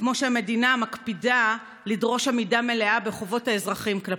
כמו שהמדינה מקפידה לדרוש עמידה מלאה בחובות האזרחים כלפיה.